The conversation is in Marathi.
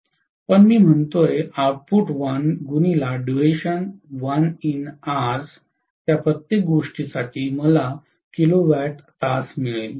पण मी म्हणते त्या प्रत्येक गोष्टीसाठी मला किलोवॅट तास मिळेल